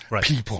people